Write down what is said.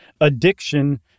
addiction